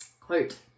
Quote